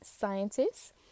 Scientists